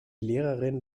lehrerin